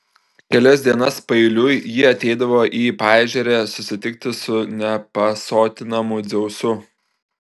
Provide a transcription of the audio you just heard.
kelias dienas paeiliui ji ateidavo į paežerę susitikti su nepasotinamu dzeusu